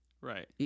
Right